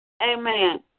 Amen